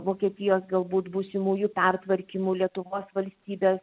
vokietijos galbūt būsimųjų pertvarkymų lietuvos valstybės